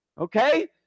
okay